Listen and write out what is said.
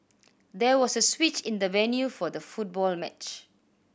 there was a switch in the venue for the football match